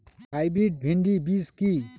Hybrid ভীন্ডি বীজ কি?